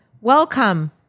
welcome